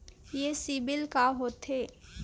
ये सीबिल का होथे?